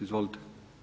Izvolite.